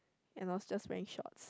and I was just wearing shorts